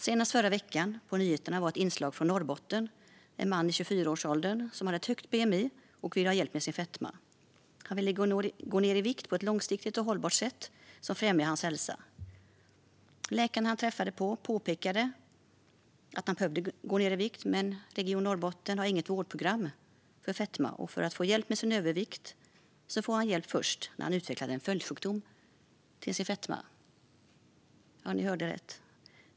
Senast i förra veckan var det på nyheterna ett inslag från Norrbotten. Det var en man i 24-årsåldern med ett högt BMI som ville ha hjälp med sin fetma. Han ville gå ned i vikt på ett långsiktigt och hållbart sätt som främjar hans hälsa. Läkarna han träffade påpekade att han behöver gå ned i vikt, men Region Norrbotten har inget vårdprogram för fetman. Hjälp med sin övervikt får han först när han har utvecklat en följdsjukdom till fetman. Ja, ni hörde rätt.